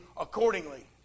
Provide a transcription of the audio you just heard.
accordingly